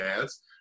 ads